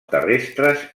terrestres